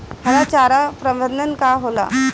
हरा चारा प्रबंधन का होला?